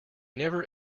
never